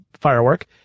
firework